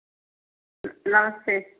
नमस्ते